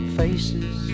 faces